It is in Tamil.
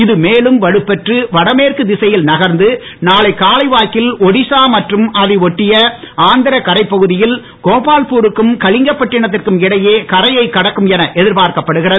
இது மேலும் வலுப்பெற்று வடமேற்கு திசையில் நகர்ந்து நாளை காலை வாக்கில் ஒடிசா மற்றும் அதை ஒட்டிய ஆந்திர கரைப்பகுதியில் கோபால்பூருக்கும் கலிங்கப்பட்டினத்திற்கும் இடையே கரையைக் கடக்கும் என எதிர்பார்க்கப்படுகிறது